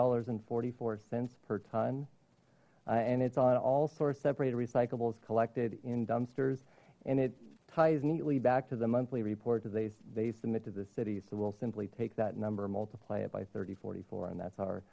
dollars and forty four cents per ton and it's on all source separated recyclables collected in dumpsters and it ties neatly back to the monthly report to they they submit to the city so we'll simply take that number multiply it by thirty forty four and that's our